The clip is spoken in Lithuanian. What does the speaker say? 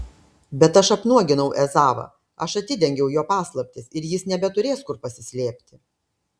bet aš apnuoginau ezavą aš atidengiau jo paslaptis ir jis nebeturės kur pasislėpti